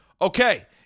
Okay